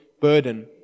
burden